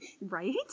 Right